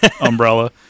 umbrella